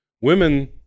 women